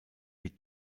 die